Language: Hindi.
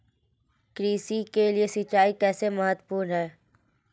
कृषि के लिए सिंचाई कैसे महत्वपूर्ण है?